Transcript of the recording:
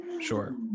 sure